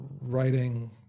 writing